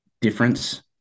difference